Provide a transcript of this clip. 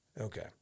Okay